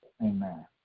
Amen